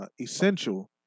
Essential